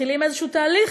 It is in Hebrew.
מתחילים איזשהו תהליך,